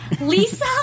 Lisa